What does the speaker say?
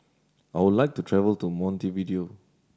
I would like to travel to Montevideo